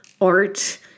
art